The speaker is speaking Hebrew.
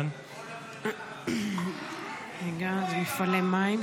מפעלי מים,